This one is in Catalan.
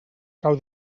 cau